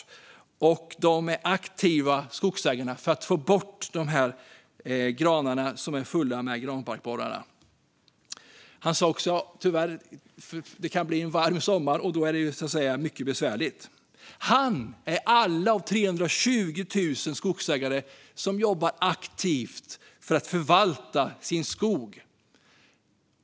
Skogsägarna är aktiva för att få bort granarna som är fulla med granbarkborrar. Han sa också att det tyvärr kan bli en varm sommar, och då är det mycket besvärligt. Han och alla andra 320 000 skogsägare jobbar aktivt för att förvalta sin skog.